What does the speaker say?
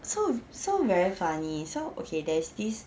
so so very funny so okay there's this